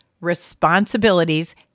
responsibilities